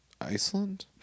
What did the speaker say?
Iceland